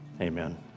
amen